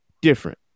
different